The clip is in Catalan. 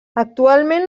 actualment